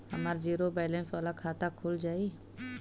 हमार zero balance वाला खाता खुल जाई?